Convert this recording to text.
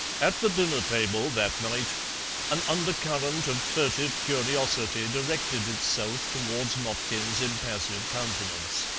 at the dinner-table that night an undercurrent of furtive curiosity directed itself towards motkin's impassive countenance.